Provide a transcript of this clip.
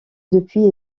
depuis